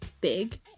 big